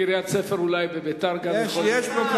בקריית-ספר אולי, בביתר גם יכול להיות.